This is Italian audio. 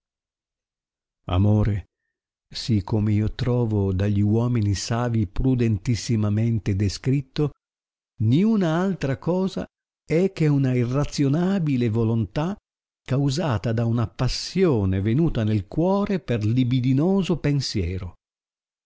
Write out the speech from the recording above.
amore si come io trovo da gli uomini savi prudentissimamente descritto ninna altra cosa è che una irrazionabile volontà causata da una passione venuta nel cuore per libidinoso pensiero